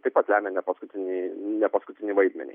taip pat lemia ne paskutinį vaidmenį